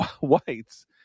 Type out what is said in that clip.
whites